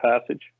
Passage